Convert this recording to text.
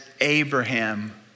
Abraham